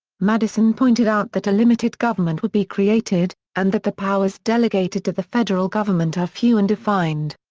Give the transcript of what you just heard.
madison pointed out that a limited government would be created, and that the powers delegated to the federal government are few and defined.